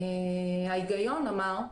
ההיגיון אמר,